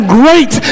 great